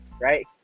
right